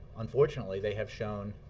unfortunately, they have shown